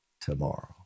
tomorrow